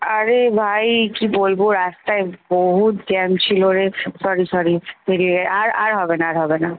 আরে ভাই কি বলবো রাস্তায় বহুত জ্যাম ছিলো রে সরি সরি বেরিয়ে আর আর হবে না আর হবে না